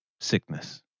sickness